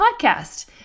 podcast